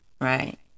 right